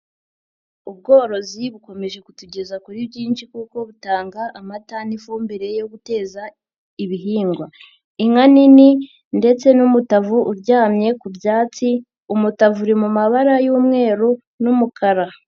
Ubworozi bukomeje kutugeza kuri byinshi kuko butanga amata n'ifumbire yo guteza ibihingwa, inka nini ndetse n'umutavu uryamye ku byatsi, umutavu uri mu mabara y'umweru n'umukara.